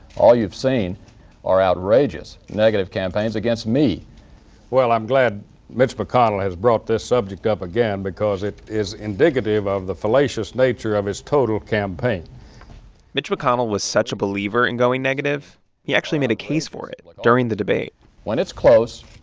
all you've seen are outrageous negative campaigns against me well, i'm glad mitch mcconnell has brought this subject up again because it is indicative of the fallacious nature of his total campaign mitch mcconnell was such a believer in going negative he actually made a case for it like during the debate when it's close,